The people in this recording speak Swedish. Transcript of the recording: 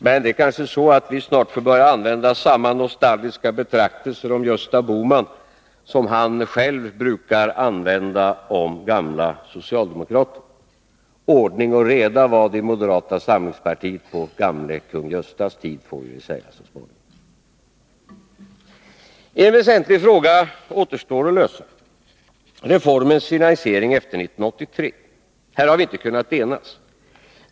Men vi kanske får börja använda samma nostalgiska betraktelser om Gösta Bohman som han själv brukar använda om gamla socialdemokrater: Ordning och reda var det i moderata samlingspartiet på gamle kung Göstas tid. En väsentlig fråga återstår att lösa— reformens finansiering efter 1983. Här har vi inte kunnat enas.